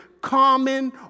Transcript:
common